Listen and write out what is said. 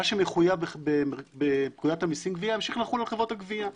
מה שמחויב בפקודת המיסים גבייה ימשיך לחול על חברות הגבייה.